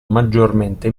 maggiormente